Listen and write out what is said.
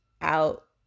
out